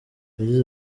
yagize